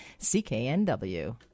CKNW